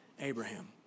Abraham